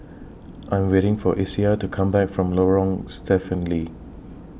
I'm waiting For Isaiah to Come Back from Lorong Stephen Lee